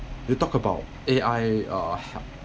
you talk about A_I uh